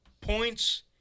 points